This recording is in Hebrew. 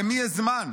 למי יש זמן?